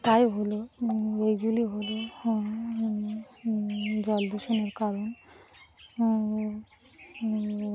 তাই হলো এইগুলি হলো জল দূষণের কারণ